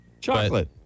chocolate